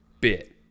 bit